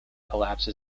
collapse